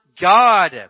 God